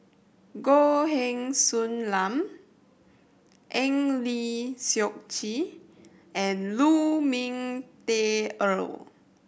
Goh Heng Soon Eng Lee Seok Chee and Lu Ming Teh Earl